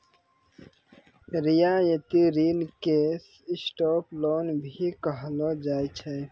रियायती ऋण के सॉफ्ट लोन भी कहलो जाय छै